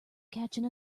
catching